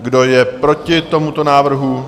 Kdo je proti tomuto návrhu?